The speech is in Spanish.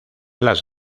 las